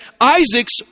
Isaac's